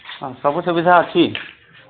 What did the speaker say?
ସବୁ ସୁବିଧା ଅଛି